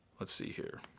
let's see here,